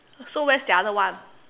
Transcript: so where's the other one